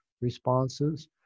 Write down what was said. responses